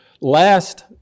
last